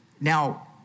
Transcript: now